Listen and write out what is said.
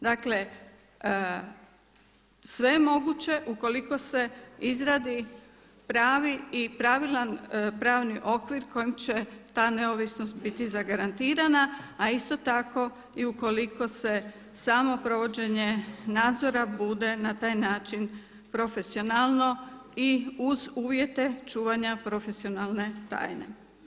Dakle, sve je moguće ukoliko se izradi pravi i pravilan pravni okvir kojim će ta neovisnost biti zagarantirana a isto tako i ukoliko se samo provođenje nadzora bude na taj način profesionalno i uz uvjete čuvanja profesionalne tajne.